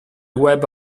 web